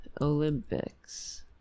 Olympics